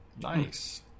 nice